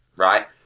Right